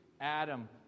Adam